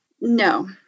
No